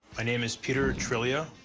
my name is peter treglia.